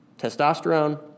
testosterone